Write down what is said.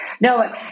No